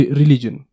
religion